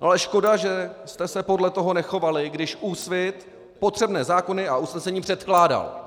Ale škoda, že jste se podle toho nechovali, když Úsvit potřebné zákony a usnesení předkládal,